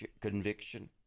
conviction